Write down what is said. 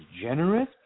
generous